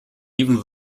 even